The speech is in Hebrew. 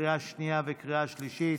לקריאה שנייה וקריאה שלישית,